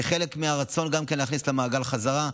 כחלק מהרצון גם להכניס חזרה למעגל.